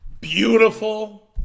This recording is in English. Beautiful